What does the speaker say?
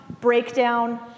breakdown